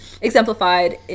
exemplified